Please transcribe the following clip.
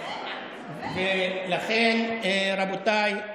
לכן, רבותיי,